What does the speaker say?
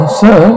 sir